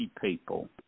people